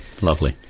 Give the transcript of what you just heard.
lovely